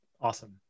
awesome